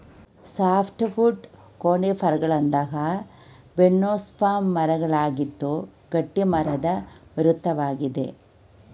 softwood ಕೋನಿಫರ್ಗಳಂತಹ gymnosperm ಮರವಾಗಿದ್ದು ಗಟ್ಟಿಮರದ ವಿರುದ್ಧವಾಗಿದೆ